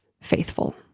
faithful